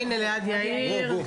תומר.